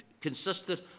consisted